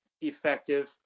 effective